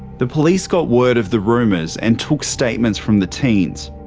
the police got word of the rumours and took statements from the teens.